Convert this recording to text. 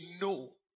no